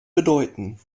bedeuten